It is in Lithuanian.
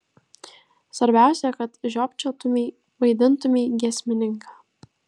svarbiausia kad žiopčiotumei vaidintumei giesmininką